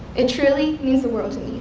it truly means the world